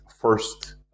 first